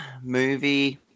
Movie